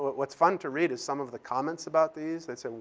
but what's fun to read is some of the comments about these. they say,